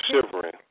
shivering